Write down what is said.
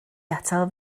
atal